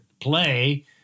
play